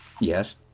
Yes